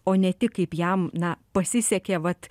o ne tik kaip jam na pasisekė vat